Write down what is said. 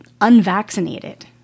unvaccinated